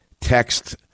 Text